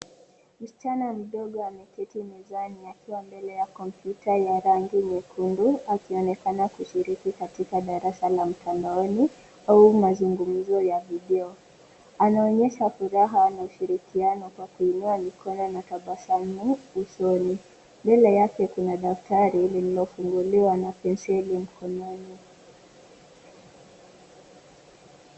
Msichana mdogo ameketi mezani akiwa mbele ya kompyuta ya rangi nyekundu akionekana kushiriki katika darasa la mtandaoni au mazungumzo ya video. Anaonyesha furaha na ushirikiano kwa kuinua mikono na kutabasamu usoni. Mbele yake kuna daftari lililofunguliwa na penseli mkononi.